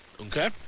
Okay